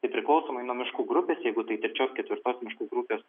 tai priklausomai nuo miškų grupės jeigu tai trečios ketvirtos miškų grupės